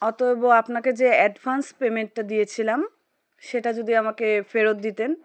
অতএব আপনাকে যে অ্যাডভান্স পেমেন্টটা দিয়েছিলাম সেটা যদি আমাকে ফেরত দিতেন